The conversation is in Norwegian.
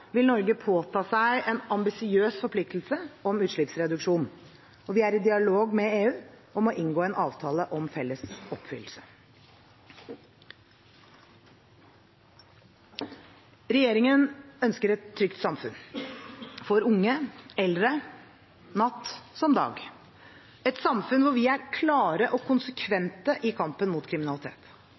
vil Norge påta seg en ambisiøs forpliktelse om utslippsreduksjon. Vi er i dialog med EU om å inngå en avtale om felles oppfyllelse. Regjeringen ønsker et trygt samfunn – for unge og eldre, natt som dag – et samfunn, hvor vi er klare og konsekvente i kampen mot kriminalitet.